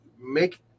make